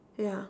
yeah